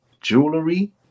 jewelry